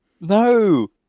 No